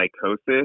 psychosis